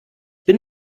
bin